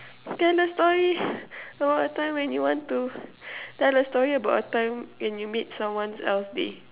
tell a story about a time when you want to tell a story about a time when you make someone else day